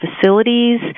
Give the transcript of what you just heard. facilities